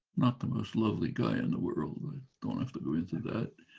not the most lovely guy in the world, don't have to go into that,